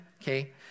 Okay